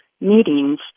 meetings